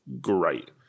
great